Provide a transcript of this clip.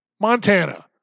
Montana